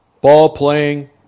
ball-playing